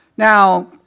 Now